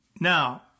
Now